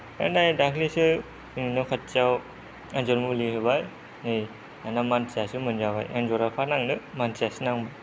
ओनै दाख्लैसो जोंनि न' खाथियाव एन्जर मुलि होबाय नै दाना मानसियासो मोनजाबाय एन्जरा अफा नांनो मानसियासो नांबाय